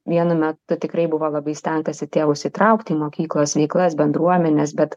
vienu metu tikrai buvo labai stengtasi tėvus įtraukti į mokyklos veiklas bendruomenes bet